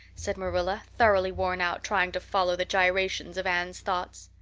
said marilla, thoroughly worn out trying to follow the gyrations of anne's thoughts.